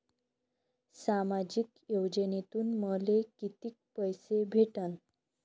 सामाजिक योजनेतून मले कितीक पैसे भेटन?